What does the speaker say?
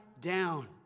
down